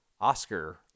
Oscar